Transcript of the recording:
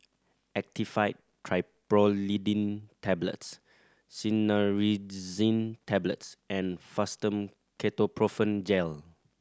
Actifed Triprolidine Tablets Cinnarizine Tablets and Fastum Ketoprofen Gel